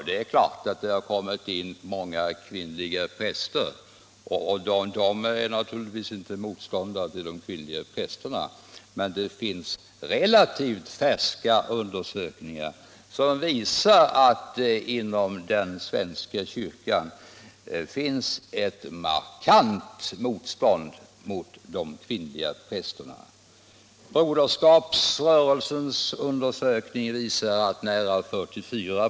Det är klart att det har kommit in många kvinnliga präster, och de är naturligtvis inte motståndare till de kvinnliga prästerna, men det finns relativt färska undersökningar som visar att det inom svenska kyrkan finns ett markant motstånd mot de kvinnliga prästerna.